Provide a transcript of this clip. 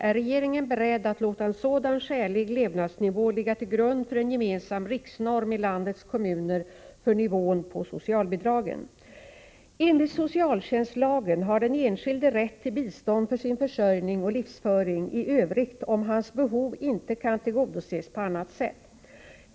Är regeringen beredd att låta en sådan skälig levnadsnivå ligga till grund för en gemensam riksnorm i landets kommuner för nivån på socialbidragen? Enligt socialtjänstlagen har den enskilde rätt till bistånd för sin försörjning och livsföring i övrigt om hans behov inte kan tillgodoses på annat sätt.